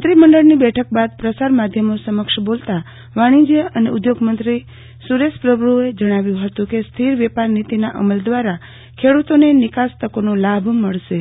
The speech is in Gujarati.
મંત્રી મંડળની બેઠક બાદ પ્રસાર માધ્યમો સમક્ષ બોલતા વાણિજય અને ઉધોગ મંત્રી સુરેશ પ્રભુએ જણાવ્યુ હતુ કે સ્થિર વેપાર નીતિના અમલ દ્રારા ખેડુતોને નિકાસ તકોનો લાભ મળશે